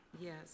Yes